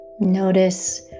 Notice